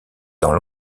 dans